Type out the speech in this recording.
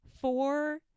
four